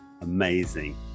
amazing